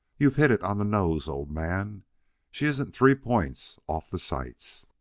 you've hit it on the nose, old man she isn't three points off the sights!